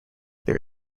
there